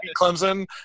Clemson